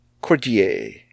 Cordier